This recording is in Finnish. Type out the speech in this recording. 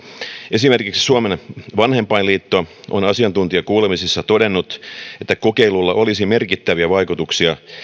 esimerkiksi suomen vanhempainliitto on asiantuntijakuulemisessa todennut että kokeilulla olisi merkittäviä vaikutuksia